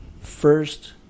First